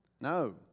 No